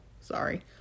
sorry